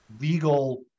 legal